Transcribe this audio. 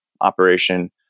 operation